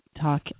talk